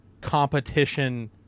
competition